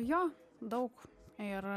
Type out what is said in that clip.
jo daug ir